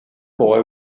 boy